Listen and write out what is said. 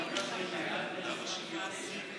טיפול בילד, או שבן זוגו